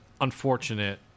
unfortunate